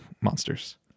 monsters